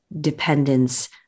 dependence